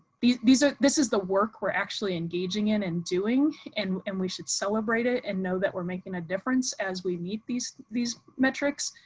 these these are this is the work we're actually engaging in and doing and and we should celebrate it. and know that we're making a difference as we meet these these metrics.